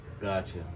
gotcha